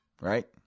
right